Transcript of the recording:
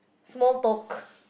small talk